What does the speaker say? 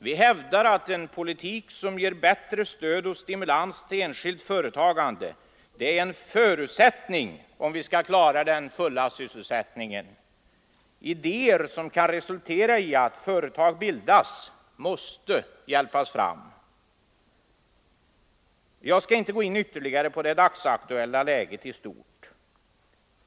Vi hävdar att en politik som ger bättre stöd och stimulans till enskilt företagande är en förutsättning, om vi skall klara den fulla sysselsättningen. Idéer som kan resultera i att företag bildas måste hjälpas fram. Jag skall inte gå in ytterligare på det dagsaktuella läget i stort.